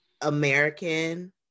American